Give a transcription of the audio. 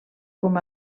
com